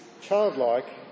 childlike